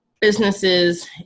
businesses